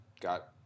got